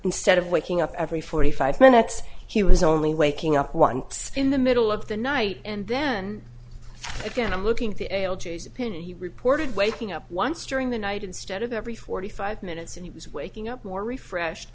instead of waking up every forty five minutes he was only waking up once in the middle of the night and then again i'm looking at the l g s opinion he reported waking up once during the night instead of every forty five minutes and he was waking up more refreshed